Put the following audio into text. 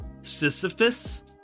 Sisyphus